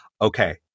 okay